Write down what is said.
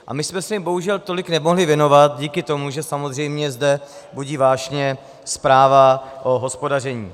A my jsme se jim bohužel tolik nemohli věnovat díky tomu, že samozřejmě zde budí vášně zpráva o hospodaření.